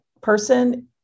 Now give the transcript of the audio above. person